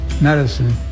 medicine